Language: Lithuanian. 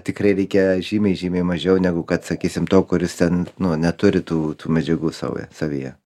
tikrai reikia žymiai žymiai mažiau negu kad sakysim to kuris ten nu neturi tų tų medžiagų saue savyje